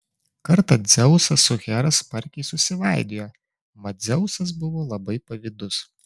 kartą dzeusas su hera smarkiai susivaidijo mat dzeusas buvo labai pavydus